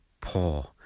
poor